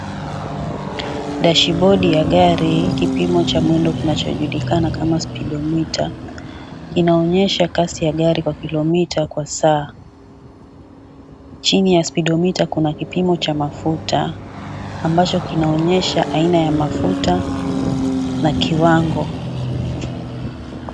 Dashibodi ya gari; kipimo cha mwendo kinachojulikana kama spidomita kinaonyesha kasi ya gari kwa kilomita kwa saa. Chini ya spidomita kuna kipimo cha mafuta ambacho kinaonyesha aina ya mafuta na kiwango.